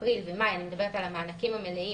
אפריל ומאי אני מדברת על המענקים המלאים